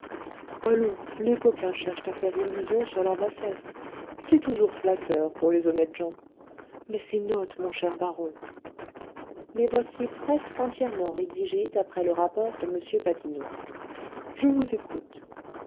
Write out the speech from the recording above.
allons les coquins cherchent à faire illusion sur leur bassesse c'est toujours flatteur pour les honnêtes gens mais ces notes mon cher baron les voici presque entièrement rédigées d'après le rapport de m badinot je vous écoute